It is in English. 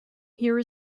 here